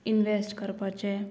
invest करपाचें